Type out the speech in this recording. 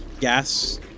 gas